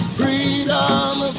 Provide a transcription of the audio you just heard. freedom